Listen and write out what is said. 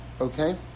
Okay